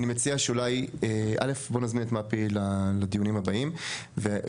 אני מציע שאותי א' בואו נזמין את מפ"י לדיונים הבאים ויכול